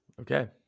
Okay